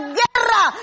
guerra